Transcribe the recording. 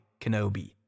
kenobi